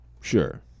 Sure